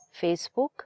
Facebook